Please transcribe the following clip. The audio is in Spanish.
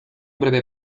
breve